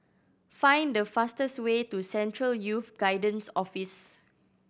find the fastest way to Central Youth Guidance Office